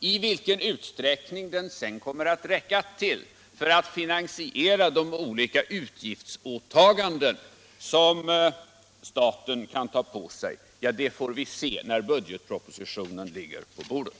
I vilken utsträckning den sedan kommer att räcka till för att finansiera de olika utgiftsåtaganden som staten kan ta på sig får vi se när budgetpropositionen ligger på bordet.